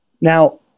now